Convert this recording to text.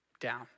down